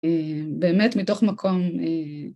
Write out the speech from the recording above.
‫באמת מתוך מקום...